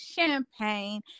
Champagne